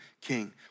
king